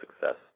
success